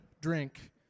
drink